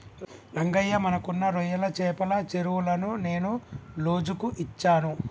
రంగయ్య మనకున్న రొయ్యల చెపల చెరువులను నేను లోజుకు ఇచ్చాను